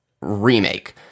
remake